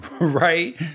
Right